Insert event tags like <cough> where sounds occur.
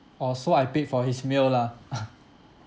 orh so I paid for his meal lah <laughs>